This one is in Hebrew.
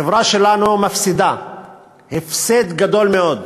החברה שלנו מפסידה הפסד גדול מאוד